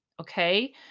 okay